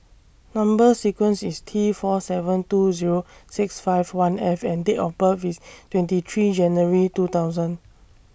Number sequence IS T four seven two Zero six five one F and Date of birth IS twenty three January two thousand